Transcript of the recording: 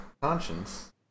Conscience